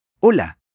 Hola